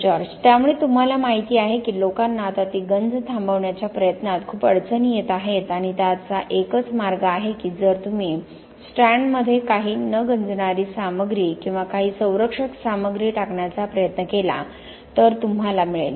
George त्यामुळे तुम्हाला माहिती आहे की लोकांना आता ती गंज थांबवण्याच्या प्रयत्नात खूप अडचणी येत आहेत आणि त्याचा एकच मार्ग आहे की जर तुम्ही स्ट्रँडमध्ये काही न गंजणारी सामग्री किंवा काही संरक्षक सामग्री टाकण्याचा प्रयत्न केला तर तुम्हाला मिळेल